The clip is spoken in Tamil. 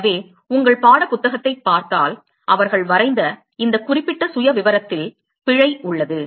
எனவே உங்கள் பாடப் புத்தகத்தைப் பார்த்தால் அவர்கள் வரைந்த இந்த குறிப்பிட்ட சுயவிவரத்தில் பிழை உள்ளது